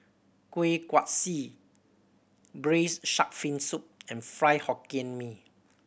Kuih Kaswi Braised Shark Fin Soup and Fried Hokkien Mee